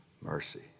Mercy